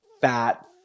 fat